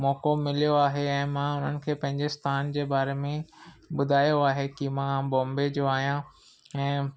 मौक़ो मिलियो आहे ऐं मां उन्हनि खे पंहिंजे स्थान जे बारे में ॿुधायो आहे की मां बॉम्बे जो आहियां ऐं